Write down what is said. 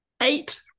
Eight